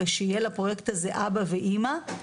ושיהיה לפרויקט הזה אבא ואמא.